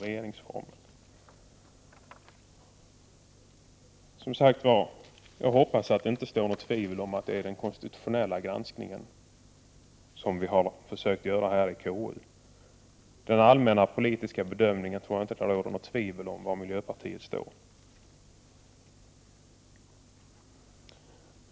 Jag hoppas därför att det inte är något tvivel om att det är en konstitutionell granskning som vi har försökt göra i KU. När det gäller den allmänna politiska bedömningen tror jag inte att det råder något tvivel om var miljöpartiet står.